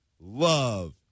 love